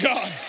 God